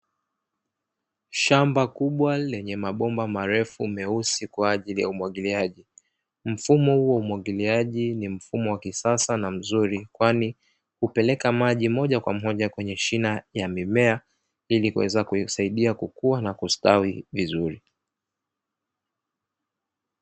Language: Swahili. Shamba kubwa lenye mabomba marefu meusi kwaajili ya umwagiliaji, mfumo wa umwagiliaji ni mfumo wa kisasa na mzuri kwani hupeleka maji moja kwa moja kwenye shina ya mimea , ili kuweza kuisaidia kukua na kustawi vizuri.